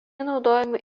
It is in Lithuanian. naudojami